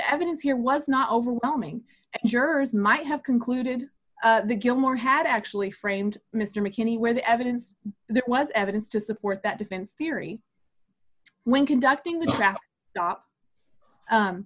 evidence here was not overwhelming jurors might have concluded the gilmore had actually framed mr mckinney with evidence there was evidence to support that defense theory when conducting the traffic stop